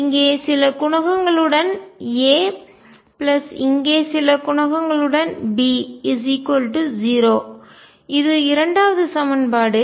இங்கே சில குணகங்களுடன் A பிளஸ் இங்கே சில குணகங்கள் B 0 இது இரண்டாவது சமன்பாடு